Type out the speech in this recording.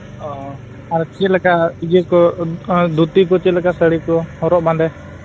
ᱚᱻ ᱟᱨ ᱪᱮᱫ ᱞᱮᱠᱟ ᱯᱩᱡᱟᱹ ᱠᱚ ᱤᱭᱟᱹ ᱫᱷᱩᱛᱤ ᱠᱚ ᱪᱮᱫᱞᱮᱠᱟ ᱥᱟᱹᱲᱤ ᱠᱚ ᱦᱚᱨᱚᱜ ᱵᱟᱸᱫᱮ